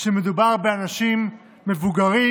כשמדובר באנשים מבוגרים